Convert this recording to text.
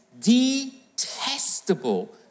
detestable